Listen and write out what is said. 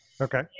Okay